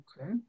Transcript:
Okay